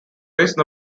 raised